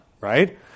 right